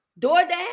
DoorDash